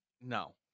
no